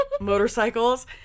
motorcycles